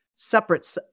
Separate